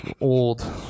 old